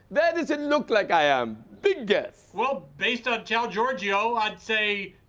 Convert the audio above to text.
where does it look like i am? big guess! well, based on ciao georgio, i'd say,